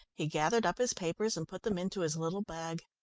he gathered up his papers and put them into his little bag.